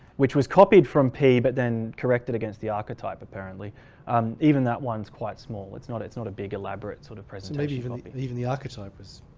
which was copied from p but then corrected against the archetype. apparently um even that one's quite small. it's not it's not a big elaborate sort of present maybe even like the and even the archetype was.